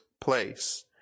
place